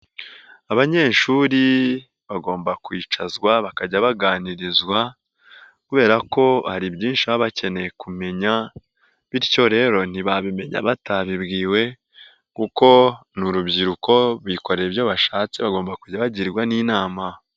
Abanyeshuri bagomba kwicazwa bakajya baganirizwa kubera ko hari byinshi baba bakeneye kumenya bityo rero ntibabimenya batabibwiwe kuko n'urubyiruko bikorera ibyo bashatse bagomba kujya bagirwa n'inama.